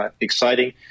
exciting